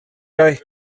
guy